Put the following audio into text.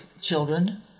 children